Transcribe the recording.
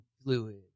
fluid